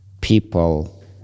people